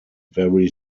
very